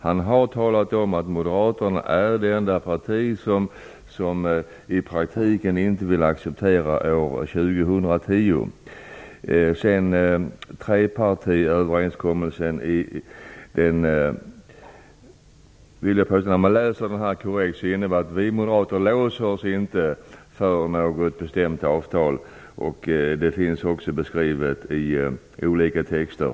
Han har pekat på att Moderaterna är det enda parti som i praktiken inte vill acceptera 2010 som avvecklingsår. Om man läser trepartiöverenskommelsen korrekt finner man att den innebär att vi moderater inte låser oss för något bestämt årtal. Detta är också redovisat i olika texter.